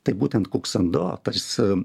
tai būtent kuksando tarsi